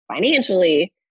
financially